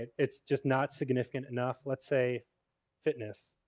it's just not significant enough. let's say fitness